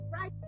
right